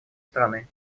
страны